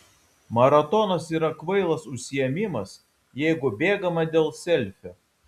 maratonas yra kvailas užsiėmimas jeigu bėgama dėl selfio